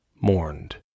mourned